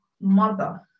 mother